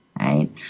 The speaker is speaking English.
right